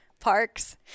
parks